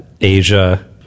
Asia